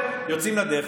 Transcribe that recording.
יוצאים לדרך.